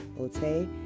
okay